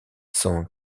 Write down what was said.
sont